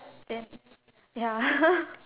then ya